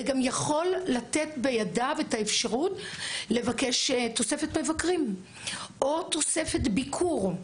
הוא גם יכול לתת בידיו את האפשרות לבקש תוספת מבקרים או תוספת ביקור.